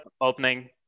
opening